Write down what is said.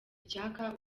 icyaka